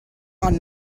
aunt